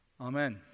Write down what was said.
Amen